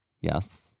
Yes